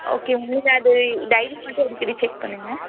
okay நீங்கள் அது diary மட்டும் அடிக்கடி செக் பண்ணுங்க